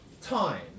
time